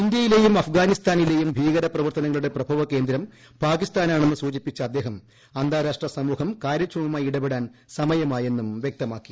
ഇന്തൃയിലെയും അഫ്ഗാനിസ്ഫാനിലെയും ഭീകര പ്രവർത്തനങ്ങളുടെ പ്രഭവകേന്ദ്രം പാക്ടിസ്ഥാനാണെന്നു സൂചിപ്പിച്ച അദ്ദേഹം അന്താരാഷ്ട്ര സമൂഹം കാര്യക്ഷമമായി ഇടപെടാൻ സമയമായെന്നും വ്യക്തമാക്കി